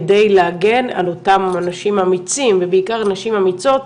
כדי להגן על אותם אנשים אמיצים ובעיקר נשים אמיצות,